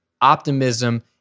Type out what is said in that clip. Optimism